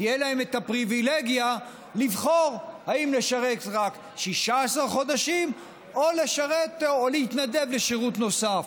תהיה להם הפריבילגיה לבחור אם לשרת רק 16 חודשים או להתנדב לשירות נוסף.